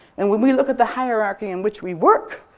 and when we look at the hierarchy in which we work,